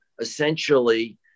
essentially